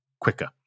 quicker